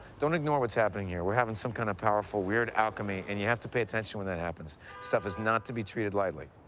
don't ignore what's happening here. we're having some kind of powerful, weird alchemy, and you have to pay attention when that happens. this stuff is not to be treated lightly.